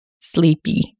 Sleepy